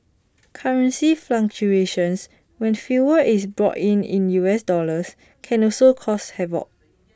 currency fluctuations when fuel is bought in U S dollars can also cause havoc